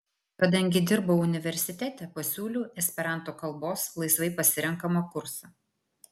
kadangi dirbau universitete pasiūliau esperanto kalbos laisvai pasirenkamą kursą